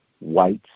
whites